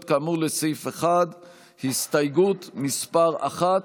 כאמור לסעיף 1. הסתייגות מס' 1,